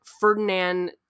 ferdinand